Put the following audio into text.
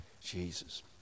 Jesus